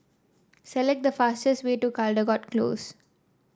select the fastest way to Caldecott Close